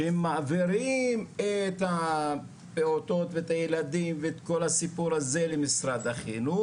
שהם מעבירים את הפעוטות ואת הילדים ואת כל הסיפור הזה למשרד החינוך,